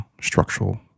structural